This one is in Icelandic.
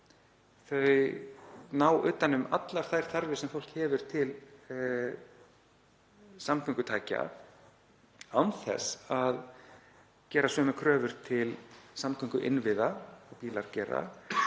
Þau ná utan um allar þær þarfir sem fólk hefur fyrir samgöngutæki án þess að gera sömu kröfur til samgönguinnviða og bílar gera,